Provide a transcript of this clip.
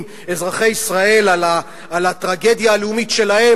אזרחי ישראל על הטרגדיה הלאומית שלהם,